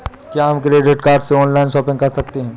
क्या हम credit card से ऑनलाइन शॉपिंग कर सकते हैं?